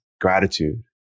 gratitude